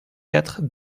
quatre